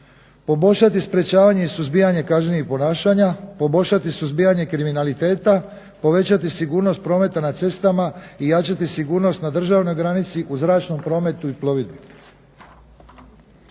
Poboljšati sprječavanje i suzbijanje kažnjivih ponašanja, poboljšati suzbijanje kriminaliteta, povećati sigurnost prometa na cestama i jačati sigurnost na državnoj granici, u zračnom prometu i plovidbi.